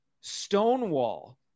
stonewall